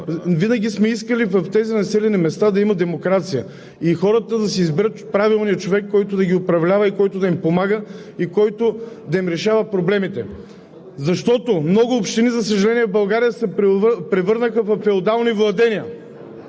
винаги сме искали в тези населени места да има демокрация и хората да си изберат правилния човек, който да ги управлява и да им помага и който да им решава проблемите. Защото много общини в България, за съжаление, се превърнаха във феодални владения.